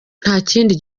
ntakindi